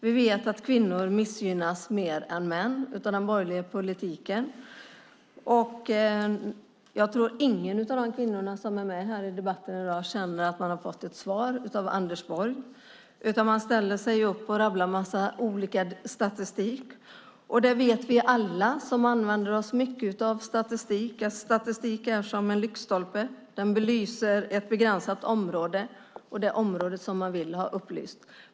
Vi vet att kvinnor missgynnas mer än män av den borgerliga politiken, och jag tror ingen av de kvinnor som deltar i denna debatt känner att de fått svar av Anders Borg. I stället rabblar han upp en mängd statistikuppgifter. Alla vi som ofta använder oss av statistik vet att statistik är som en lyktstolpe, den belyser ett begränsat område, det som man vill ha belyst.